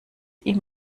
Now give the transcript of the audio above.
ihm